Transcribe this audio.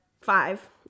five